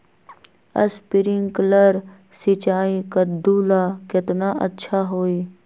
Sprinkler सिंचाई कददु ला केतना अच्छा होई?